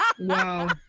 Wow